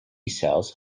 cells